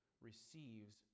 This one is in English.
receives